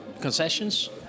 concessions